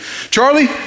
Charlie